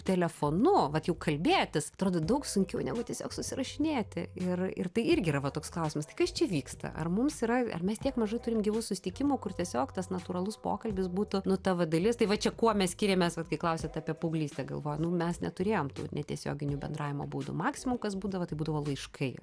telefonu vat jau kalbėtis atrodo daug sunkiau negu tiesiog susirašinėti ir ir tai irgi yra va toks klausimas tai kas čia vyksta ar mums yra ar mes tiek mažai turim gyvų susitikimų kur tiesiog tas natūralus pokalbis būtų nu ta va dalis tai va čia kuo mes skiriamės vat kai klausiat apie paauglystę galvoju nu mes neturėjom tų netiesioginių bendravimo būdu maksimum kas būdavo tai būdavo laiškai